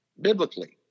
biblically